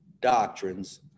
doctrines